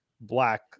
black